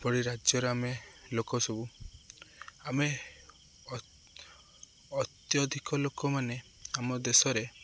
ପଡ଼ିି ରାଜ୍ୟରେ ଆମେ ଲୋକ ସବୁ ଆମେ ଅତ୍ୟଧିକ ଲୋକମାନେ ଆମ ଦେଶରେ